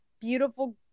beautiful